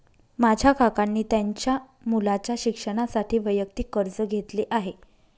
माझ्या काकांनी त्यांच्या मुलाच्या शिक्षणासाठी वैयक्तिक कर्ज घेतले आहे